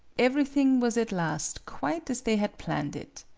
everything was at last quite as they had planned it.